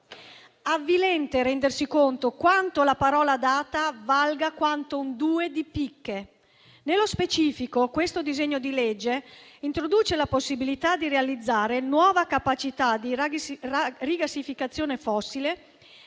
avvilente rendersi conto che la parola data valga quanto un due di picche. Nello specifico, il disegno di legge in esame introduce la possibilità di realizzare nuova capacità di rigassificazione fossile,